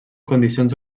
condicions